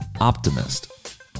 optimist